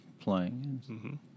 playing